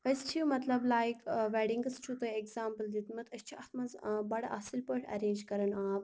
أسۍ چھِ مطلب لایک ٲں ویٚڈِنٛگس چھُو تۄہہِ ایٚگزامپٕل دیٛوتمُت أسۍ چھِ اتھ مَنٛز ٲں بَڑٕ اصٕل پٲٹھۍ اَرینٛج کران آب